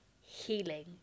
healing